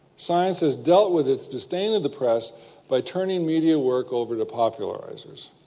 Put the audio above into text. science has dealt with its disdain of the press by turning media work over to popularisers.